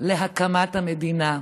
להקמת המדינה.